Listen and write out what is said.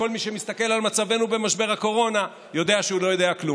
כל מי שמסתכל על מצבנו במשבר הקורונה יודע שהוא לא יודע כלום.